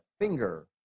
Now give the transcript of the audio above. finger